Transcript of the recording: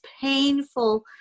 painful